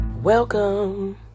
welcome